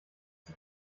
sie